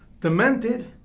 demented